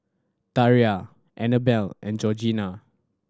Tiara Annabelle and Georgina